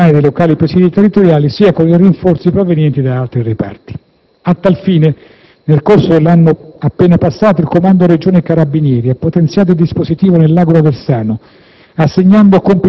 sia con il personale dei locali presidi territoriali, sia con i rinforzi provenienti da altri reparti. A tal fine, nel corso del 2006, il Comando Regione Carabinieri ha potenziato il dispositivo nell'agro-aversano